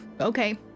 okay